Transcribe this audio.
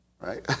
right